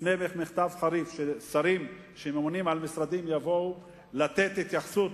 נפנה במכתב חריף כדי ששרים שממונים על משרדים יבואו לתת התייחסות